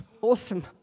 Awesome